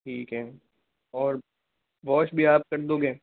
ठीक है और वोश भी आप कर दोगे